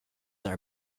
are